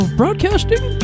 broadcasting